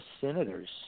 Senators